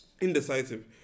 indecisive